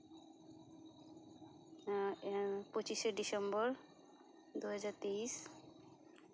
ᱯᱚᱸᱪᱤᱥᱮ ᱰᱤᱥᱮᱢᱵᱚᱨ ᱫᱩ ᱦᱟᱡᱟᱨ ᱛᱮᱭᱤᱥ